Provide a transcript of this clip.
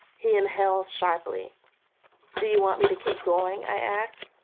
he inhales sharply do you want me to keep going? i ask.